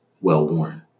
well-worn